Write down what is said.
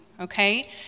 Okay